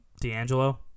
D'Angelo